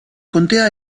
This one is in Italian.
contea